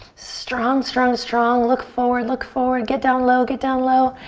strong, strong, strong, look forward, look forward, get down low, get down low,